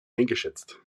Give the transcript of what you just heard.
eingeschätzt